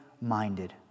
minded